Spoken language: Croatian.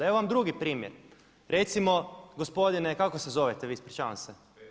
Evo vam drugi primjer, recimo gospodine kako se zovete vi ispričavam se?